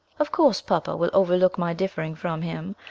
of course, papa will overlook my differing from him,